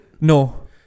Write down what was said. No